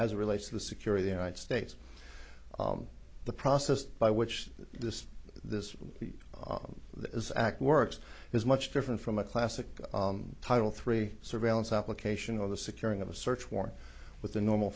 as it relates to the security the united states the process by which this this is act works is much different from a classic title three surveillance application or the securing of a search warrant with the normal